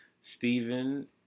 Stephen